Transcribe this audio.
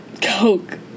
Coke